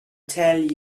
tell